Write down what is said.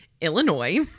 Illinois